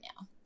now